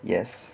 yes